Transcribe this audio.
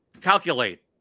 calculate